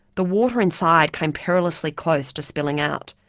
the water inside came perilously close to spilling out.